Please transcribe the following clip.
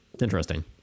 interesting